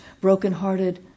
brokenhearted